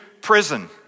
prison